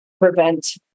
prevent